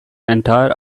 entire